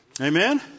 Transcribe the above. Amen